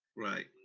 right.